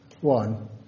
One